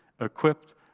equipped